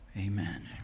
amen